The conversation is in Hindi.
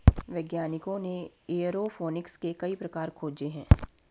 वैज्ञानिकों ने एयरोफोनिक्स के कई प्रकार खोजे हैं